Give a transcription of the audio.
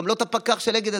גם לא את הפקח הזה של אגד,